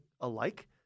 alike